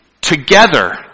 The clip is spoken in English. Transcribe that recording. together